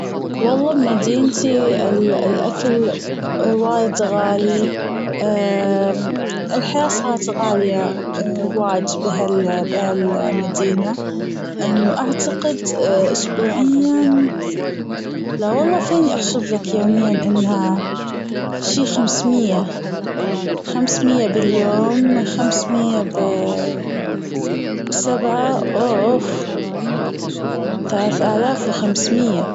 والله بمدينتي الأكل وايد غالي الحياة صارت غالية وايد بهال- بهال- المدينة أنه اعتقد أسبوعيا لا والله فيني أحسبلك يوميا أنها شي خمسمية خمسمية باليوم خمسمية فى سبعة أوف ثلاثة ألالاف وخمسمية.